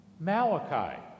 Malachi